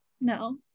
no